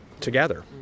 together